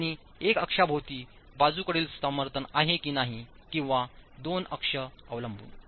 आणि हे एक अक्षाभोवती बाजूकडील समर्थन आहे की नाही किंवा दोन अक्ष अवलंबून